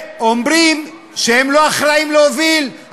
ואומרים שהם לא אחראים להוביל,